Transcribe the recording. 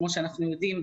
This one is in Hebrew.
כמו שאנחנו יודעים,